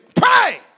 Pray